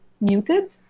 muted